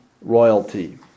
royalty